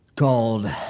Called